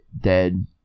dead